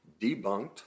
debunked